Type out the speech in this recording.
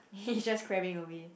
he's just crabbing away